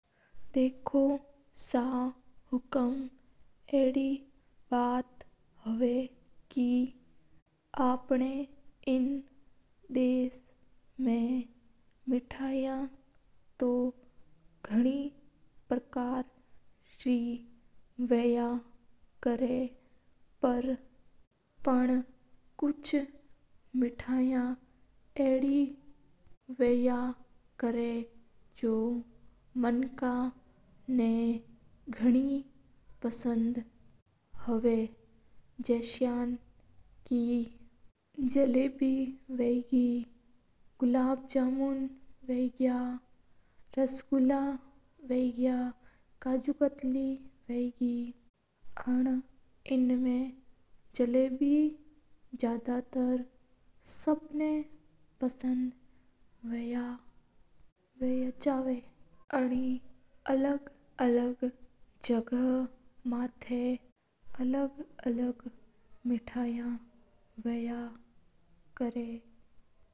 देखो सा हुकूम अड़ी बात हवा के अपना एन दास मा मिठाई तो गणी पार्कर रे वया करा पण कुचा मिठाई अड़ी वया करा के। जो मनका ना गणी पसंद हवा जस्यान जलेबी वगाई रसगुला, काजुकतली एना मा जलेबी ज्यादा तर सब ना पसंद वया करा। अलग-अलग जगा माता अलग-अलग मिठाई पसंद करा।